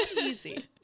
easy